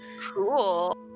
Cool